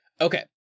Okay